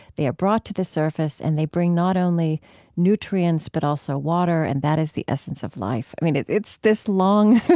they are brought to the surface, and they bring not only nutrients, but also water. and that is the essence of life. i mean, it's it's this long